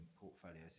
portfolios